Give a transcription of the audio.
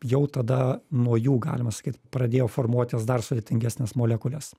jau tada nuo jų galima sakyt pradėjo formuotis dar sudėtingesnės molekulės